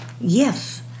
Yes